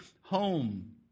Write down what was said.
home